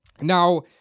now